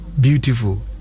Beautiful